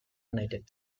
united